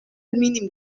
mínim